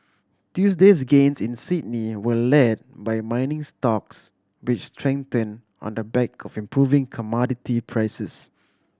Tuesday's gains in Sydney were led by mining stocks which strengthen on the back of improving commodity prices